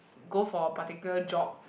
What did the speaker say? go for a particular job